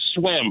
swim